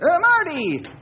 Marty